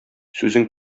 сүзең